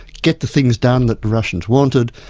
get the things done that the russians wanted,